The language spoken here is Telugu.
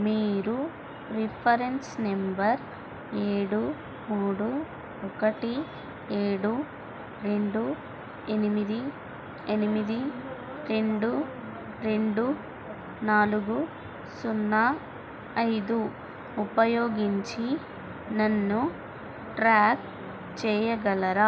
మీరు రిఫరెన్స్ నెంబర్ ఏడు మూడు ఒకటి ఏడు రెండు ఎనిమిది ఎనిమిది రెండు రెండు నాలుగు సున్నా ఐదు ఉపయోగించి నన్ను ట్రాక్ చెయ్యగలరా